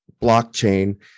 blockchain